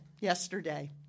yesterday